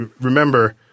remember